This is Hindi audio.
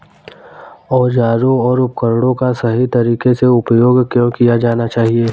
औजारों और उपकरणों का सही तरीके से उपयोग क्यों किया जाना चाहिए?